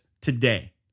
today